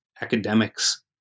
academics